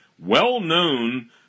well-known